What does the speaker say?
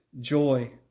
joy